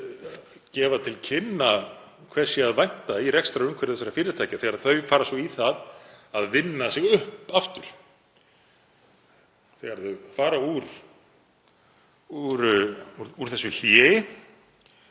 lagasetningu hvers sé að vænta í rekstrarumhverfi þessara fyrirtækja þegar þau fara í það að vinna sig upp aftur. Þegar þau fara út úr þessu hléi,